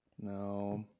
No